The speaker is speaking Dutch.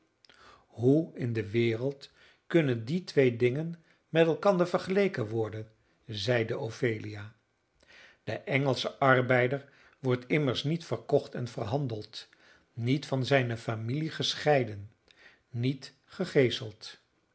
hoe in de wereld kunnen die twee dingen met elkander vergeleken worden zeide ophelia de engelsche arbeider wordt immers niet verkocht en verhandeld niet van zijne familie gescheiden niet gegeeseld